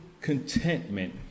contentment